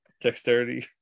dexterity